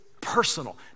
personal